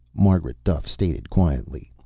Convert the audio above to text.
margaret duffe stated quietly.